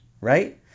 right